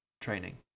training